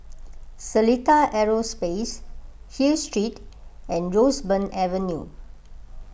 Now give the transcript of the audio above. Seletar Aerospace Hill Street and Roseburn Avenue